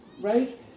Right